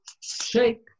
shake